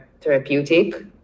therapeutic